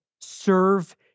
serve